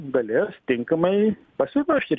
galės tinkamai pasiruošti